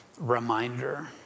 reminder